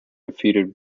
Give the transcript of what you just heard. defeated